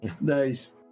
Nice